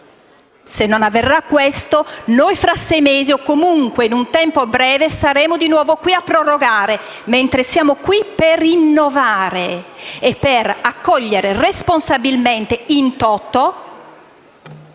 se non avverrà questo, fra sei mesi o, comunque, in un tempo breve, saremo di nuovo qui a prorogare, mentre siamo qui per innovare e per accogliere responsabilmente, *in toto*,